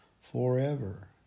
forever